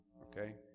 okay